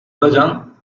racan